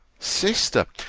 sister,